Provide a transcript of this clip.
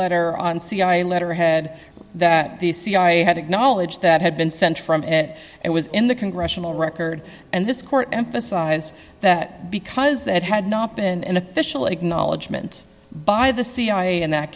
letter on cia letterhead that the cia had acknowledged that had been sent from and it was in the congressional record and this court emphasize that because that had not been an official acknowledgement by the cia in that